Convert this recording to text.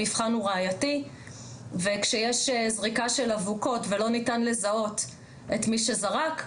המבחן הוא ראייתי וכשיש זריקה של אבוקות ולא ניתן לזהות את מי שזרק,